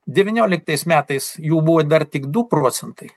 devynioliktais metais jų buvo dar tik du procentai